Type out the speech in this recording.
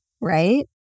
right